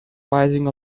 rising